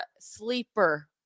sleeper